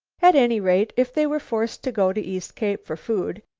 at any rate, if they were forced to go to east cape for food,